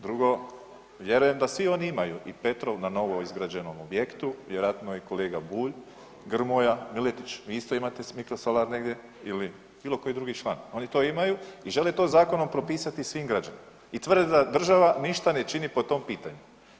Drugo, vjerujem da svi oni imaju i Petrov na novo izgrađenom objektu, vjerojatno i kolega Bulj, Grmoja, Miletić vi isto imate mikrosolar negdje ili bilo koji drugi član, oni to imaju i žele to zakonom propisati svim građanima i tvrde da država ništa ne čini po tom pitanju.